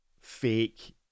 fake